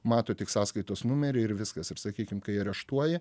mato tik sąskaitos numerį ir viskas ir sakykim kai areštuoja